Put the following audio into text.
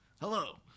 Hello